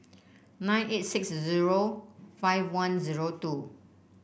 nine eight six zero five one zero two